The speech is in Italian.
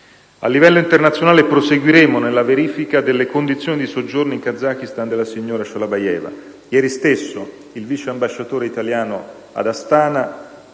A livello internazionale proseguiremo nella verifica delle condizioni di soggiorno in Kazakistan della signora Shalabayeva. Ieri stesso il vice ambasciatore italiano ad Astana,